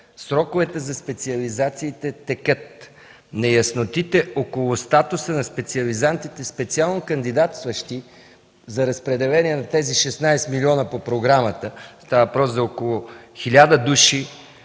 сроковете за специализациите текат. Неяснотите около статуса на специализантите, специално кандидатстващи за разпределение на тези 16 милиона по програмата – става въпрос за около 1000 души,